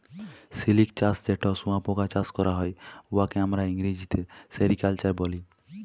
সিলিক চাষ যেট শুঁয়াপকা চাষ ক্যরা হ্যয়, উয়াকে আমরা ইংরেজিতে সেরিকালচার ব্যলি